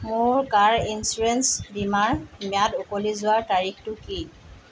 মোৰ car insurance বীমাৰ ম্যাদ উকলি যোৱাৰ তাৰিখটো কি